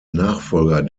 nachfolger